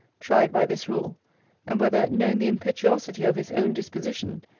tried by this rule and whether, knowing the impetuosity of his own disposition,